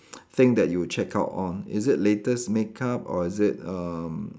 thing that you will check out on is it latest makeup or is it um